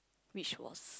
which was